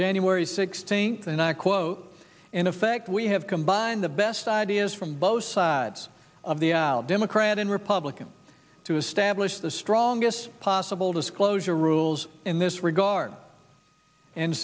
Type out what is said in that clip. january sixth and i quote in effect we have combined the best ideas from both sides of the aisle democrat and republican to establish the strongest possible disclosure rules in this regard and